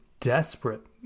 desperate